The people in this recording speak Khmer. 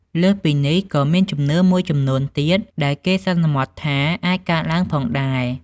លើសពីនេះក៏មានជំនឿមួយចំនួនទៀត ដែលគេសន្មតថាអាចកើតឡើងផងដែរ។